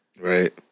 Right